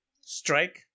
strike